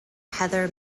heather